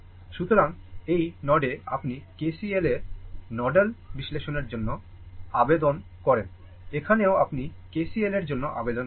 সুতরাং এই নোডে আপনি KCL এর নোডাল বিশ্লেষণের জন্য আবেদন করেন এখানেও আপনি KCL এর জন্য আবেদন করেন